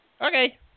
Okay